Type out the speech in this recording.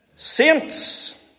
Saints